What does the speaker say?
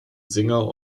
singer